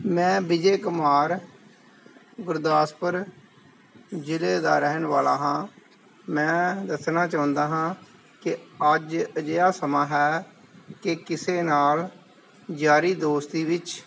ਮੈਂ ਵਿਜੇ ਕੁਮਾਰ ਗੁਰਦਾਸਪੁਰ ਜ਼ਿਲ੍ਹੇ ਦਾ ਰਹਿਣ ਵਾਲਾ ਹਾਂ ਮੈਂ ਦੱਸਣਾ ਚਾਹੁੰਦਾ ਹਾਂ ਕਿ ਅੱਜ ਅਜਿਹਾ ਸਮਾਂ ਹੈ ਕਿ ਕਿਸੇ ਨਾਲ ਯਾਰੀ ਦੋਸਤੀ ਵਿੱਚ